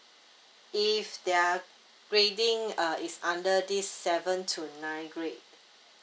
if their grading uh is under this seven to nine grade